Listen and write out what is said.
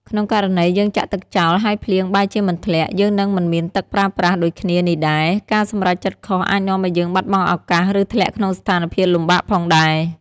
ក្នុងករណី យើងចាក់ទឹកចោលហើយភ្លៀងបែរជាមិនធ្លាក់ យើងនឹងមិនមានទឹកប្រើប្រាស់ ដូចគ្នានេះដែរ ការសម្រេចចិត្តខុសអាចនាំឲ្យយើងបាត់បង់ឱកាស ឬធ្លាក់ក្នុងស្ថានភាពលំបាកផងដែរ។